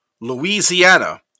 louisiana